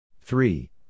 three